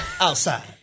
outside